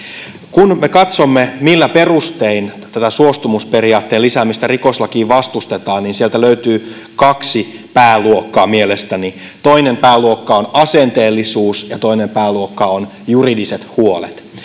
kun me katsomme millä perustein suostumusperiaatteen lisäämistä rikoslakiin vastustetaan sieltä löytyy mielestäni kaksi pääluokkaa toinen pääluokka on asenteellisuus ja toinen pääluokka on juridiset huolet